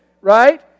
right